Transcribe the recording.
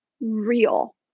real